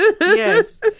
yes